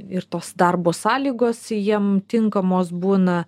ir tos darbo sąlygos jiem tinkamos būna